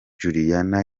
juliana